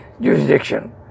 jurisdiction